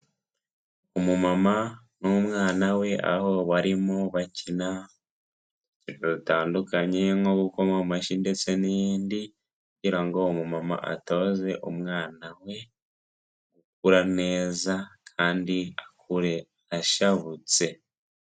Umumama n'umwana we aho barimo bakina, batandukanye nko gukoma mashyi ndetse n'iyindi, kugira ngo umumama atoze umwana we gukura neza, kandi akure ashabutse.